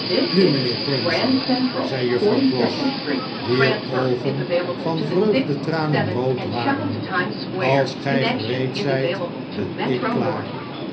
nu mjjnheer cruncher zei juffrouw pross wier oogen van vreugdetranen rood waren als gjj gereed zijt ik ben klaar